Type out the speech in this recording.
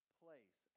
place